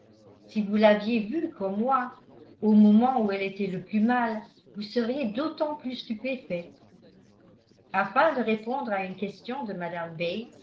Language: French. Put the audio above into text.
si vous l'aviez vue comme moi au moment où elle était le plus mal vous seriez d'autant plus stupéfaite afin de répondre à une question de mme